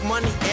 Money